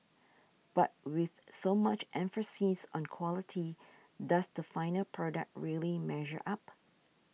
but with so much emphasis on quality does the final product really measure up